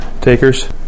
takers